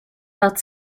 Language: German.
hat